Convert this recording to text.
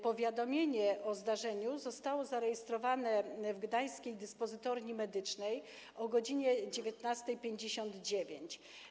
Powiadomienie o zdarzeniu zostało zarejestrowane w gdańskiej dyspozytorni medycznej o godz. 19.59.